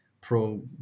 pro